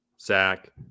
Zach